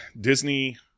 Disney